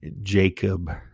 Jacob